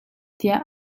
tiah